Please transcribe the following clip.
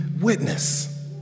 Witness